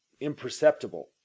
imperceptible